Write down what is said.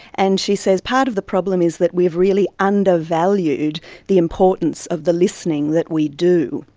and she says part of the problem is that we have really undervalued the importance of the listening that we do.